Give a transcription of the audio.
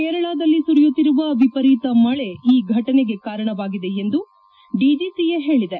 ಕೇರಳದಲ್ಲಿ ಸುರಿಯುತ್ತಿರುವ ವಿಪರೀತ ಮಳೆ ಈ ಘಟನೆಗೆ ಕಾರಣವಾಗಿದೆ ಎಂದು ಡಿಜೆಸಿಎ ತಿಳಿಸಿದೆ